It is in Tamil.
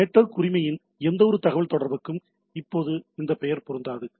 நெட்வொர்க் உரிமையின் எந்தவொரு தகவல்தொடர்புக்கும் இப்போது இந்த பெயர் பொருந்தாது